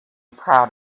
proud